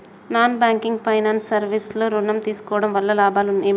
Non banking finance service లో ఋణం తీసుకోవడం వల్ల లాభాలు ఏమిటి?